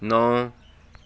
ਨੌ